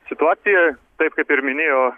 situacija taip kaip ir minėjo